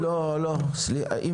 לא, לא.